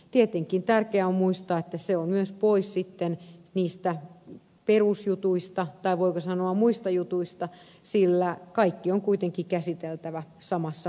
tietenkin tärkeää on muistaa että se on myös pois sitten niistä perusjutuista tai voiko sanoa muista jutuista sillä kaikki on kuitenkin käsiteltävä samassa paikassa